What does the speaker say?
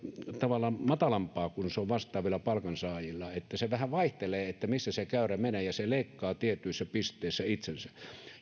tavallaan matalampaa kuin se on vastaavilla palkansaajilla se vähän vaihtelee missä se käyrä menee ja se leikkaa tietyissä pisteissä itsensä